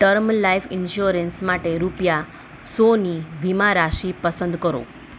term life insurance માટે રૂપિયા સોની વીમા રાશી પસંદ કરો